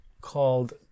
called